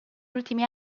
ultimi